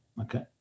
Okay